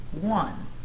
one